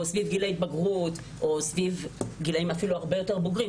סביב גיל ההתבגרות או בגילאים הרבה יותר בוגרים,